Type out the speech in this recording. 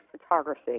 photography